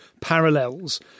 parallels